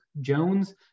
Jones